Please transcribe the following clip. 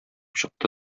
чыкты